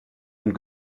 und